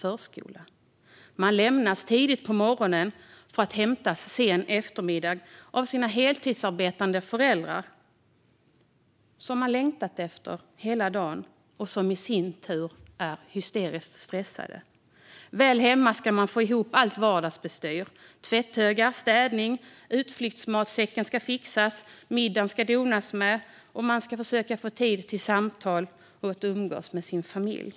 De lämnas tidigt på morgonen för att hämtas sen eftermiddag av sina heltidsarbetande föräldrar, som de längtat efter hela dagen och som i sin tur är hysteriskt stressade. Väl hemma ska man få ihop allt vardagsbestyr med tvätthögar, städning, utflyktsmatsäcken som ska fixas, middagen som ska donas med, och man ska försöka få tid till samtal och till att umgås med sin familj.